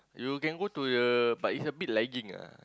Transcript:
you can go to the but it's a bit lagging ah